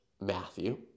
Matthew